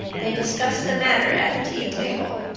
they discussed the matter at the tea table.